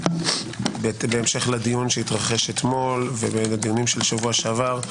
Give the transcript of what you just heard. בהמשך לדיון שהתרחש אתמול ולדיונים בשבוע שעבר,